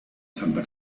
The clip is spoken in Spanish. santa